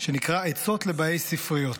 שנקרא עצות לבאי ספריות.